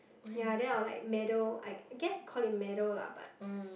ya then I will like meddle I guess can call it meddle lah but